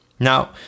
Now